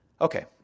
okay